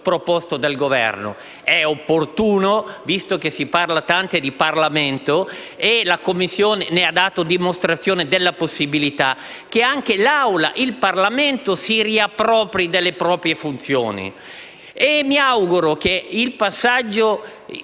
dal Governo. È opportuno, visto che si parla tanto di Parlamento (e la Commissione ha dato dimostrazione delle sue possibilità), che anche l'Assemblea e il Parlamento si riapproprino delle loro funzioni. Mi auguro che il passaggio